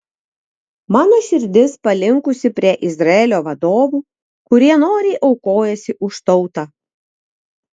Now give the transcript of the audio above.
mano širdis palinkusi prie izraelio vadovų kurie noriai aukojasi už tautą